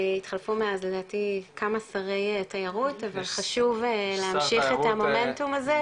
התחלפו מאז לדעתי כמה שרי תיירות אבל חשוב להמשיך את המומנטום הזה,